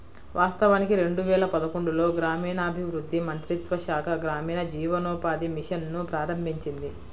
వాస్తవానికి రెండు వేల పదకొండులో గ్రామీణాభివృద్ధి మంత్రిత్వ శాఖ గ్రామీణ జీవనోపాధి మిషన్ ను ప్రారంభించింది